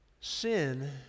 Sin